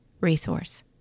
resource